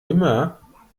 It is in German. immer